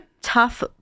tough